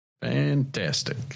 Fantastic